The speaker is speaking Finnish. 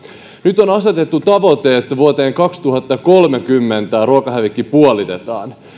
nyt on asetettu tavoite että vuoteen kaksituhattakolmekymmentä ruokahävikki puolitetaan